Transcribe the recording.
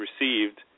received